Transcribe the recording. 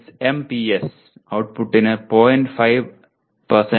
S M P S ഔട്ട്പുട്ടിന് 0